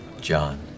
John